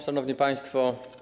Szanowni Państwo!